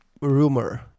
rumor